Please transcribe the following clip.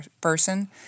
person